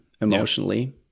emotionally